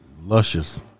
Luscious